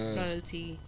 loyalty